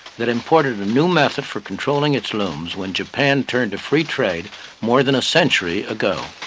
that imported a new method for controlling its looms when japan turned to free trade more than a century ago.